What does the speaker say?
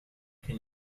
can